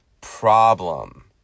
problem